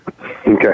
Okay